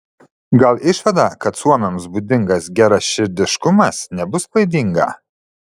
gal išvada kad suomiams būdingas geraširdiškumas nebus klaidinga